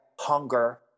hunger